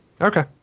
Okay